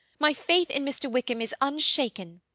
my faith in mr. wickham is unshaken.